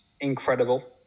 incredible